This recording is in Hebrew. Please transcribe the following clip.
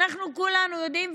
אנחנו כולם יודעים,